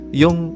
yung